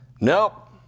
Nope